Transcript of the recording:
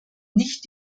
nicht